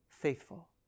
faithful